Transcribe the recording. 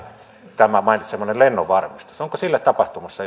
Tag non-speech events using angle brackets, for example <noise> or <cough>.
tämä mainitsemani lennonvarmistus onko sille tapahtumassa <unintelligible>